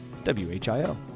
WHIO